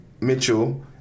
Mitchell